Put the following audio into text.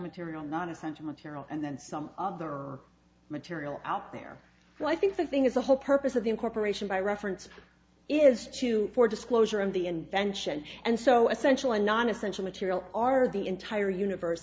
material non essential material and then some of the material out there so i think the thing is the whole purpose of the incorporation by reference is to for disclosure of the invention and so essential a non essential material are the entire universe